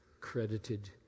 credited